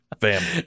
family